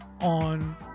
on